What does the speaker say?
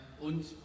Und